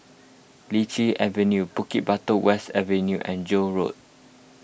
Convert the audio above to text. Lichi Avenue Bukit Batok West Avenue and Joan Road